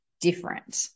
different